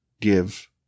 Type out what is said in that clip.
give